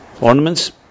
ornaments